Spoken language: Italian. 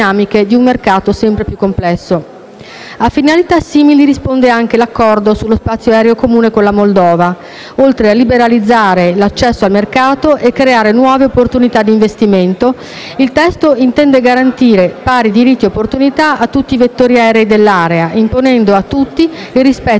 A finalità simili risponde anche l'Accordo sullo spazio aereo comune con la Moldova. Oltre a liberalizzare l'accesso al mercato e creare nuove opportunità di investimento, il testo intende garantire pari diritti e opportunità a tutti i vettori aerei dell'area, imponendo a tutti il rispetto delle stesse norme in materia di sicurezza aerea,